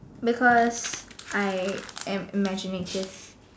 because I am imaginative